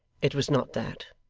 it was not that,